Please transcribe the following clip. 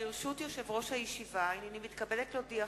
ברשות יושב-ראש הישיבה, הנני מתכבדת להודיעכם,